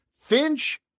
Finch